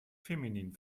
feminin